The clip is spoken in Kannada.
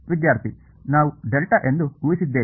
ವಿದ್ಯಾರ್ಥಿ ನಾವು ಡೆಲ್ಟಾ ಎಂದು ಉಹಿಸುತ್ತಿದ್ದೇವೆ